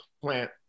plant